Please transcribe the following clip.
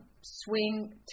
swing